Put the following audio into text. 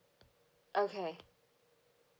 okay